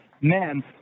men